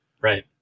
Right